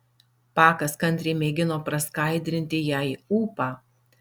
pakas kantriai mėgino praskaidrinti jai ūpą